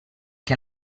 che